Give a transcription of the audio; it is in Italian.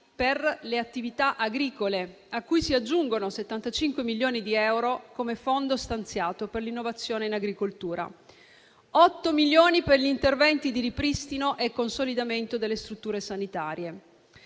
per le attività agricole, cui si aggiungono 75 milioni di euro come fondo stanziato per l'innovazione in agricoltura; otto milioni per gli interventi di ripristino e consolidamento delle strutture sanitarie.